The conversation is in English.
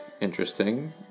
interesting